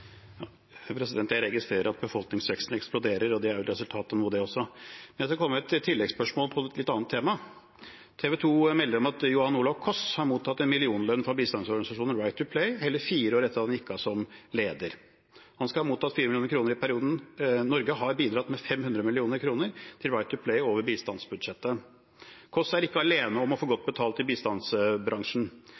Jeg registrerer at befolkningsveksten eksploderer, og det er jo et resultat av noe, det også. Men jeg skal komme med et tilleggsspørsmål om et litt annet tema. TV 2 melder om at Johann Olav Koss har mottatt en millionlønn fra bistandsorganisasjonen Right To Play hele fire år etter at han gikk av som leder. Han skal ha mottatt 4 mill. kr i perioden. Norge har bidratt med 500 mill. kr til Right To Play over bistandsbudsjettet. Og Koss er ikke alene om å få godt